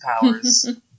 powers